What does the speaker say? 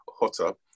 Hotter